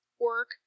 work